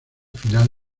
final